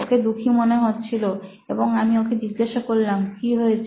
ওকে দুঃখী মনে হচ্ছিল এবং আমি ওকে জিজ্ঞাসা করলাম কি হয়েছে